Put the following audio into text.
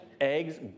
Eggs